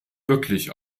wirklich